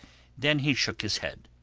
then he shook his head.